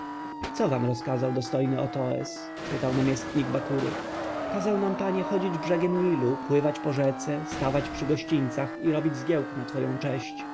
co wam kazał dostojny otoes pytał namiestnik bakury kazał nam panie chodzić brzegiem nilu pływać po rzece stawać przy gościńcach i robić zgiełk na twoją cześć